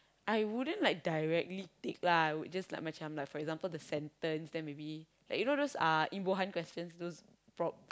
I wouldn't like directly take lah I would just like macam like for example the sentence then maybe like you know those uh imbuhan questions those prop~